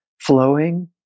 flowing